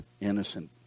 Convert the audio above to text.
innocent